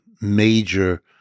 major